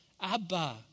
Abba